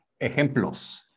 ejemplos